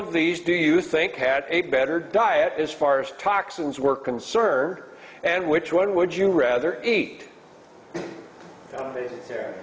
of these do you think had a better diet as far as toxins were concerned and which one would you rather eat